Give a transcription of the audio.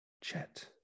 chet